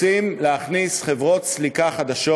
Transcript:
רוצים להכניס חברות סליקה חדשות,